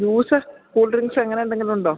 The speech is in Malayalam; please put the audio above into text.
ജ്യൂസ് കൂള് ഡ്രിങ്ക്സ് അങ്ങനെ എന്തെങ്കിലും ഉണ്ടോ